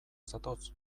zatoz